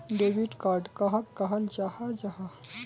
Debit card कहाक कहाल जाहा जाहा?